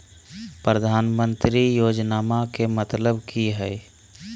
प्रधानमंत्री योजनामा के मतलब कि हय?